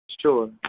Sure